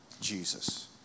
Jesus